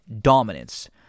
Dominance